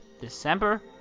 December